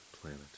planet